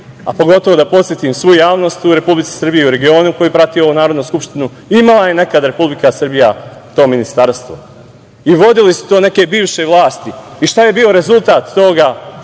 a pogotovo da podsetim svu javnost u Republici Srbiji i u regionu koja prati ovu Narodnu skupštinu, imala je nekad Republika Srbija to ministarstvo i vodile su to neke bivše vlasti. Šta je bio rezultat toga?